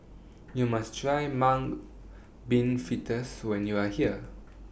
YOU must Try Mung Bean Fritters when YOU Are here